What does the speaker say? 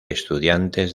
estudiantes